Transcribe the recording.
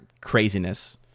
craziness